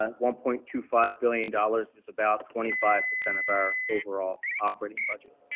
um one point two five billion dollars is about twenty five percent of our overall operating budget.